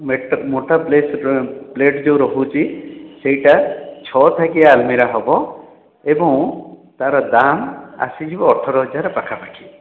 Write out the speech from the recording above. ମୋଟା ପ୍ଲେଟ୍ ଯେଉଁ ରହୁଛି ସେଇଟା ଛଅ ଥାକି ଆଲମିରା ହେବ ଏବଂ ତା ର ଦାମ୍ ଆସିଯିବ ଅଠର ହଜାର ପାଖାପାଖି